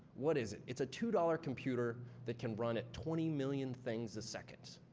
what is it? it's a two dollars computer that can run at twenty million things a second.